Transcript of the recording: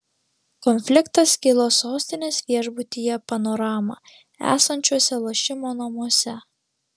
konfliktas kilo sostinės viešbutyje panorama esančiuose lošimo namuose